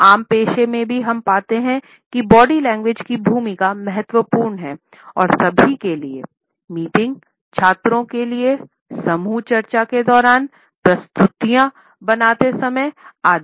आम पेशे में भी हम पाते हैं कि बॉडी लैंग्वेज की भूमिका महत्वपूर्ण है सभी के लिए मीटिंग छात्रों के लिए समूह चर्चा के दौरान प्रस्तुतियों बनाते समय आदि